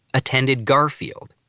attended garfield.